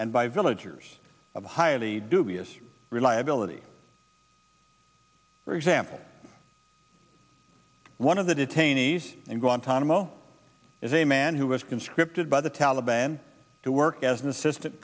of highly dubious reliability for example one of the detainees in guantanamo is a man who was conscripted by the taliban to work as an assistant